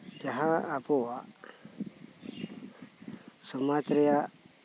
ᱡᱟᱦᱟᱸ ᱟᱵᱚᱣᱟᱜ ᱥᱚᱢᱟᱡᱽ ᱨᱮᱭᱟᱜ